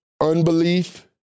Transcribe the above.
unbelief